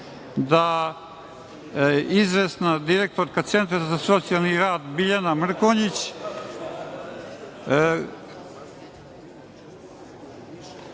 da izvesna direktorka Centra za socijalni rad Biljana Mrkonjić